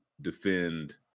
defend